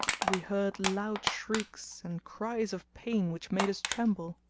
we heard loud shrieks and cries of pain which made us tremble.